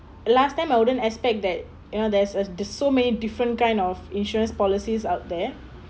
last time I wouldn't expect that you know there's a there's so many different kind of insurance policies out there